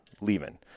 leaving